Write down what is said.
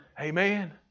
Amen